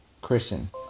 Christian